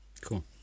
Cool